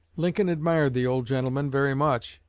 lincoln admired the old gentleman very much,